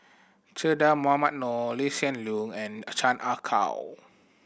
Che Dah Mohamed Noor Lee Hsien Loong and a Chan Ah Kow